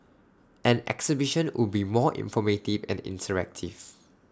an exhibition would be more informative and interactive